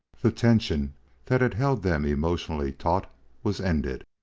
the tension that had held them emotionally taut was ended.